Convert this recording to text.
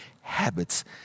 habits